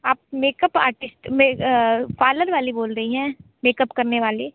आप makeup artist parlour वाली बोल रही हैं मेकअप करने वाली